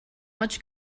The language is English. much